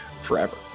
forever